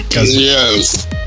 Yes